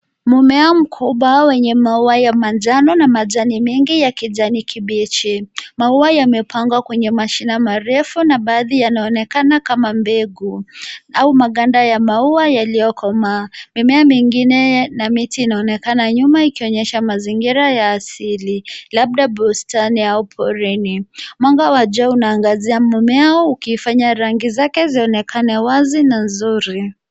Mmea mkubwa wenye maua ya manjano na majani mengi ya kijani kibichi. Maua yamepangwa kwenye mashina marefu na baadhi yanaonekana kama mbegu au maganda ya maua yaliyokomaa. Mimea mingine na miti inaonekana nyuma ikionyesha mazingira ya asili labda bustani au porini. Mwanga wa jua unaangazia mmea ukifanya rangi zake zionekane wazi na nzuri.